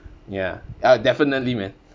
ya ah definitely man